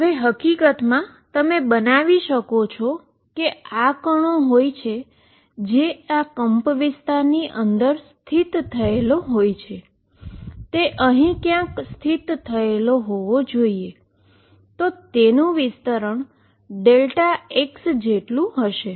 અને હકીકતમાં તમે બતાવી શકો છો કે જો આ કણો હોય જે આ એમ્પલીટ્યુડની અંદર લોકેટેડ થયેલા હોય તો તે અહીં ક્યાંક લોકેટેડ થયેલ હોવા જોઈએ તો તેનું સ્પ્રેડ Δx જેટલું થશે